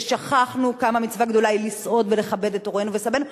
ששכחנו כמה גדולה המצווה לסעוד ולכבד את הורינו וסבינו,